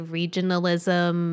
regionalism